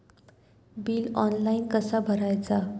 Bill online कसा भरायचा?